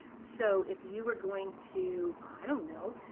so if you were going to, i don't know,